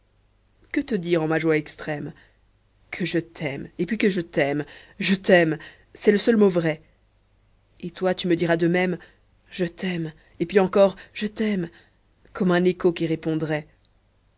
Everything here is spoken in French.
que te dire en ma joie extrême que je t'aime et puis que je t'aime je t'aime c'est le seul mot vrai et toi tu me diras de même je t'aime et puis encor je t'aime comme un écho qui répondrait